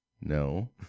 no